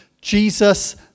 Jesus